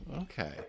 Okay